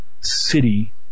city